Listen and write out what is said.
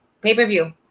Pay-per-view